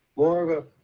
moreover,